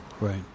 Right